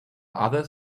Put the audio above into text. others